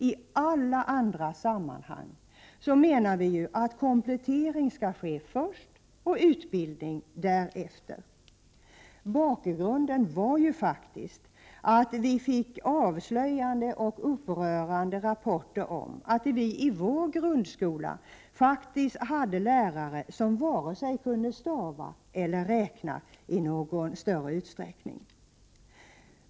I alla andra sammanhang menar vi ju att komplettering skall ske först och utbildning därefter. Bakgrunden var att vi fick avslöjande och upprörande rapporter om att det i vår grundskola fanns lärare som varken kunde stava eller räkna i någon större utsträckning.